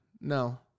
No